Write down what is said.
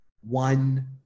one